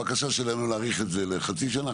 הבקשה שלנו היא להעלות את זה לחצי שנה.